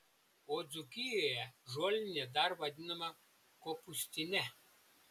o dzūkijoje žolinė dar vadinama kopūstine